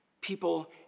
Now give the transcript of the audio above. People